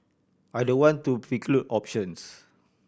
I don't want to preclude options